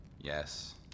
Yes